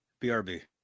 BRB